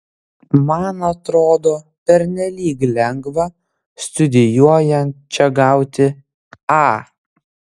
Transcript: man atrodo pernelyg lengva studijuojant čia gauti a